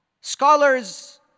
scholars